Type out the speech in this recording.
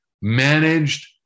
managed